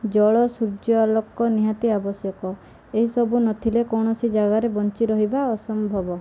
ଜଳ ସୂର୍ଯ୍ୟଲୋକ ନିହାତି ଆବଶ୍ୟକ ଏହିସବୁ ନଥିଲେ କୌଣସି ଜାଗାରେ ବଞ୍ଚି ରହିବା ଅସମ୍ଭବ